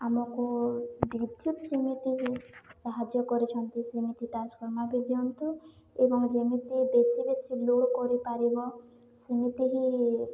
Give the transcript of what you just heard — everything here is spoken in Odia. ଆମକୁ ବିଦ୍ୟୁତ୍ ଯେମିତି ସାହାଯ୍ୟ କରିଛନ୍ତି ସେମିତି ଟ୍ରାନ୍ସଫର୍ମର୍ ବି ଦିଅନ୍ତୁ ଏବଂ ଯେମିତି ବେଶୀ ବେଶୀ ଲୋଡ଼୍ କରିପାରିବ ସେମିତି ହିଁ